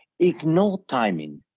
ignore timing,